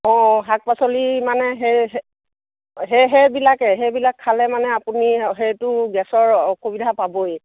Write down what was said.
অঁ শাক পাচলি মানে সেই সেই সেইবিলাকে সেইবিলাক খালে মানে আপুনি সেইটো গেছৰ অসুবিধা পাবই